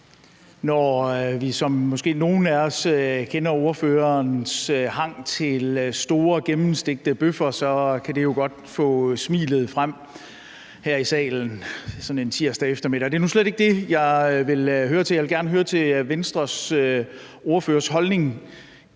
af os måske gør, kender ordførerens hang til store gennemstegte bøffer, kan det jo godt få smilet frem her i salen sådan en tirsdag eftermiddag. Men det er nu slet ikke det, jeg vil spørge om. Jeg vil gerne høre Venstres ordførers holdning